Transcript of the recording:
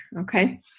okay